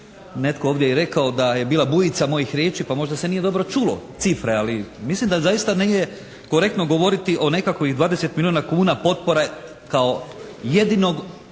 netko ovdje i rekao da je bila bujica mojih riječi pa možda se nije dobro čulo cifre. Ali mislim da zaista nije korektno govoriti o nekakvih 20 milijuna kuna potpore kao jedinog